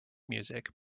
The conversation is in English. music